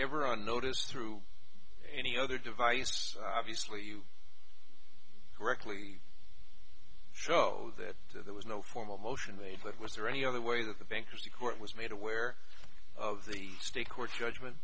ever on notice through any other device obviously you correctly showed that there was no formal motion they but was there any other way that the bankruptcy court was made aware of the state court judgment